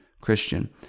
Christian